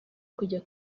kujya